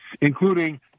including